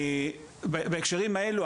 בהקשרים האלו,